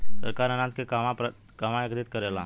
सरकार अनाज के कहवा एकत्रित करेला?